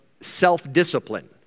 self-discipline